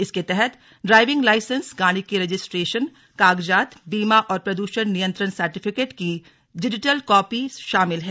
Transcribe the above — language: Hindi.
इसके तहत ड्राइविंग लाइसेंस गाड़ी के रजिस्ट्रेशन कागजात बीमा और प्रदूषण नियंत्रण सर्टिफिकेट की डिजिटल कॉपी शामिल है